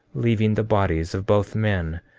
leaving the bodies of both men,